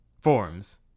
Forms